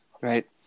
right